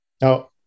Now